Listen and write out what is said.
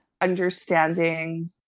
understanding